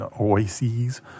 oases